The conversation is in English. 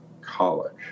college